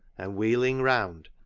and, wheeling round,